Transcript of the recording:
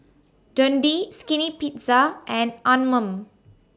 Dundee Skinny Pizza and Anmum